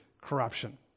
corruption